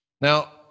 Now